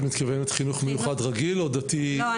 את מתכוונת חינוך מיוחד רגיל או דתי --- לא,